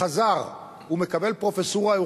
חזר ומקבל פרופסורה.